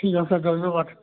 ঠিক আছে